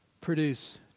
produce